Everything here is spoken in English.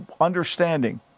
understanding –